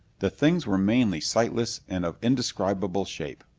the things were mainly sightless and of indescribable shape.